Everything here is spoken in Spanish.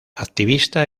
activista